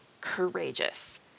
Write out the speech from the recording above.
courageous